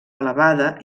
elevada